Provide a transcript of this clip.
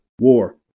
war